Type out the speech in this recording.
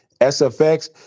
SFX